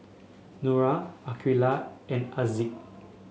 Nura Aqilah and Aziz